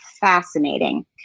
fascinating